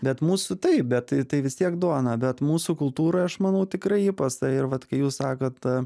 bet mūsų taip bet tai vis tiek duona bet mūsų kultūroj aš manau tikrai įprasta ir vat kai jūs sakot